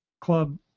club